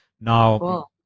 Now